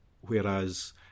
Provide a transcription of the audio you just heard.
Whereas